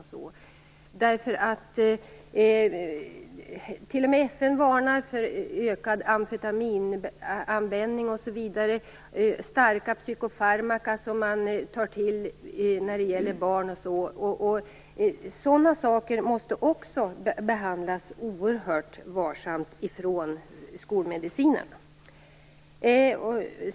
FN varnar nämligen för ökad amfetaminanvändning och starka psykofarmaka som tas till när det gäller barn, och sådana saker måste behandlas oerhört varsamt också i skolmedicinen.